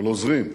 של עוזרים.